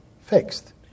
fixed